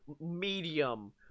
medium